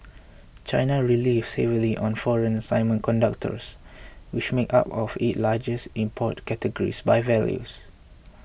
China relives heavily on foreign semiconductors which make up one of it largest import categories by value